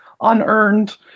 unearned